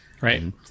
right